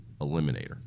Eliminator